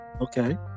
okay